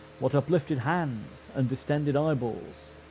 what uplifted hands and distended eyeballs!